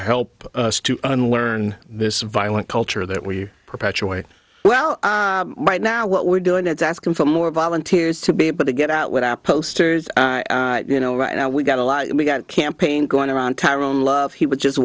help us too and learn this violent culture that we perpetuate well right now what we're doing is asking for more volunteers to be able to get out with our posters you know right now we got a lot we got a campaign going around tyrone love he was just